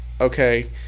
okay